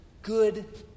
good